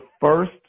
first